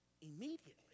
Immediately